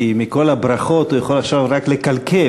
כי מכל הברכות הוא יכול עכשיו רק לקלקל.